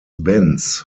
benz